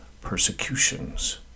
persecutions